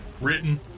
written